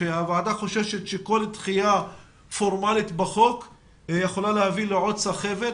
הוועדה חוששת שכל דחייה פורמלית בחוק תביא לעוד סחבת.